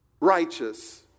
righteous